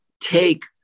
take